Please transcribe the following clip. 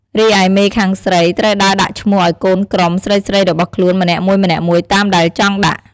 រីឯមេខាងស្រីត្រូវដើរដាក់ឈ្មោះឲ្យកូនក្រុមស្រីៗរបស់ខ្លួនម្នាក់មួយៗតាមដែលចង់ដាក់។